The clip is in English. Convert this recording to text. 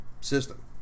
system